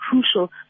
crucial